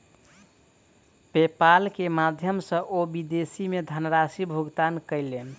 PayPal के माध्यम सॅ ओ विदेश मे धनराशि भुगतान कयलैन